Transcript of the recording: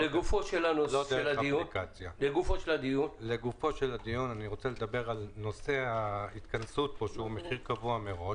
לגופו של הדיון אני רוצה לדבר על נושא המחיר הקבוע מראש.